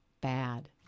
bad